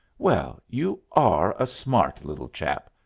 well, you are a smart little chap,